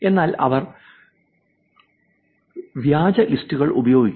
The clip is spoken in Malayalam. എന്നാൽ അവർ വ്യാജ ലിസ്റ്റുകൾ ഉപയോഗിക്കും